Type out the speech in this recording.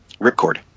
Ripcord